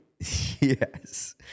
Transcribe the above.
Yes